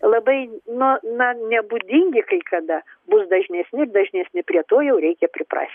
labai nu na nebūdingi kai kada bus dažnesni ir dažnesni prie to jau reikia priprast